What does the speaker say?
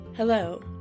Hello